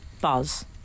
Buzz